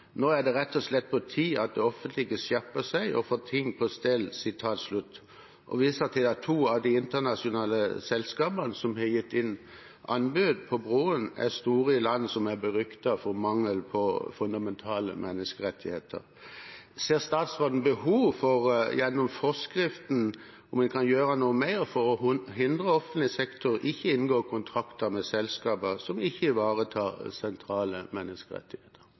er det rett og slett på høy tid at det offentlige skjerper seg og får ting på stell.» De viser til at to av de internasjonale selskapene som har lagt inn anbud på broen, er store i land som er beryktet for mangel på fundamentale menneskerettigheter. Ser statsråden behov for at en gjennom forskriften kan gjøre noe mer for å hindre at offentlig sektor inngår kontrakter med selskaper som ikke ivaretar sentrale menneskerettigheter?